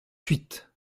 suite